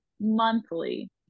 monthly